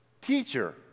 teacher